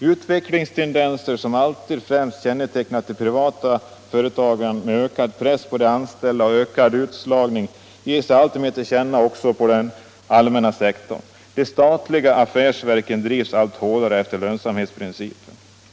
Utvecklingstendenser som alltid främst kännetecknat de privatägda företagen med ökad press på de anställda och ökad utslagning ger sig alltmer till känna också i den allmänägda sektorn. De statliga affärsverken drivs allt hårdare efter lönsamhetsprin cipen.